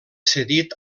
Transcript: cedit